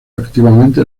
activamente